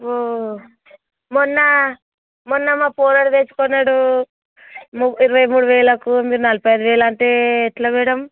ఓహ్ మొన్న మొన్న మా కుర్రోడు తెచ్చుకున్నాడు ఇరవై మూడు వేలకు మీరు నలభై ఐదు వేలు అంటే ఎలా మేడం